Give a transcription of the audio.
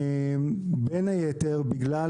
בין היתר בגלל